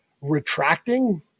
retracting